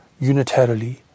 unitarily